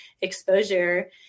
exposure